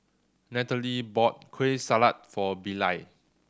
Natalie bought Kueh Salat for Bilal